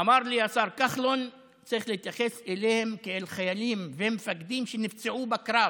אמר לי השר כחלון: צריך להתייחס אליהם כאל חיילים ומפקדים שנפצעו בקרב.